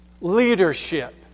leadership